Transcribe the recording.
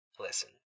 Listen